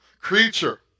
creature